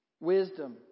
Wisdom